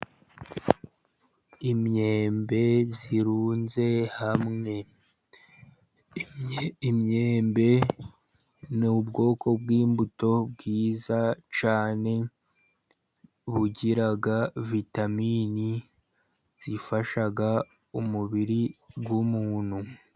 Imyembe irunze hamwe. Imyembe ni ubwoko bw'imbuto bwiza cyane, bugira vitamini zifasha umubiri w'umuntu.